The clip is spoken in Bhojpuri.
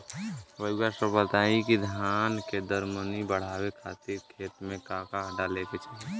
रउआ सभ बताई कि धान के दर मनी बड़ावे खातिर खेत में का का डाले के चाही?